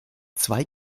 zwei